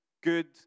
good